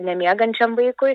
nemiegančiam vaikui